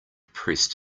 pressed